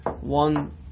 one